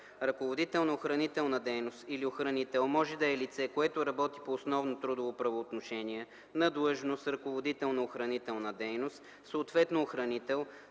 Ръководител на охранителна дейност или охранител може да е лице, което работи по основно трудово правоотношение на длъжност „ръководител на охранителна дейност”, съответно „охранител”,